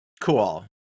Cool